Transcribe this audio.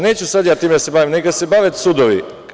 Neću ja sad time da se bavim, neka se bave sudovi.